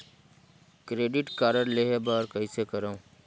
Credit card लेहे बर कइसे करव?